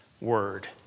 word